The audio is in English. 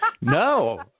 No